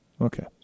Okay